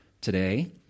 today